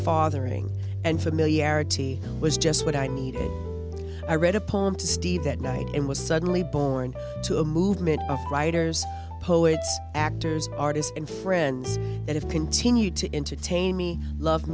fathering and familiarity was just what i needed i read a poem to steve that night and was suddenly born to a movement of writers poets actors artists and friends that have continued to entertain me love